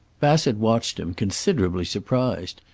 bassett watched him, considerably surprised.